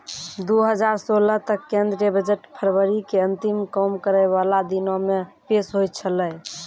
दु हजार सोलह तक केंद्रीय बजट फरवरी के अंतिम काम करै बाला दिनो मे पेश होय छलै